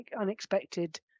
unexpected